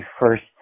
first